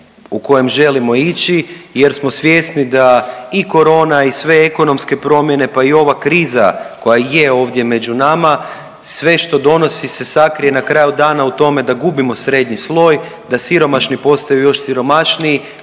u kojem želimo ići jer smo svjesni da i corona i sve ekonomske promjene, pa i ova kriza koja je ovdje među nama sve što donosi se sakrije na kraju dana u dome da gubimo srednji sloj, da siromašni postaju još siromašniji,